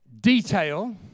detail